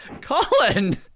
Colin